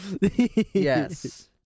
yes